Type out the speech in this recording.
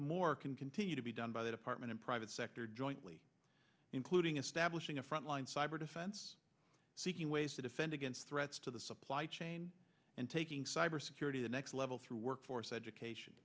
more can continue to be done by the department in private sector jointly including establishing a frontline cyber defense seeking ways to defend against threats to the supply chain and taking cybersecurity the next level through workforce education